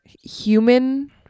human